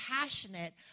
passionate